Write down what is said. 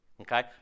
Okay